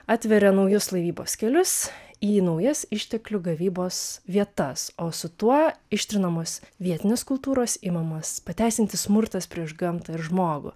atveria naujus laivybos kelius į naujas išteklių gavybos vietas o su tuo ištrinamos vietinės kultūros imamas pateisinti smurtas prieš gamtą ir žmogų